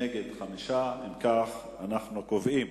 נגד 5. אם כך, אנחנו קובעים,